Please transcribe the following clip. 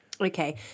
Okay